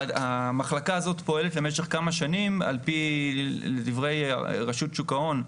המחלקה הזאת פועלת למשך כמה שנים, לדברי שוק ההון,